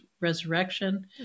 resurrection